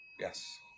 Yes